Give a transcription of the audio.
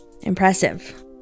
Impressive